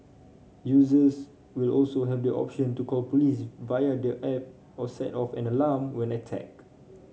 users will also have the option to call police via their app or set off an alarm when attacked